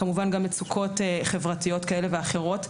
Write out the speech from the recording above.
כמובן גם מצוקות חברתיות כאלה ואחרות.